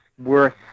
worth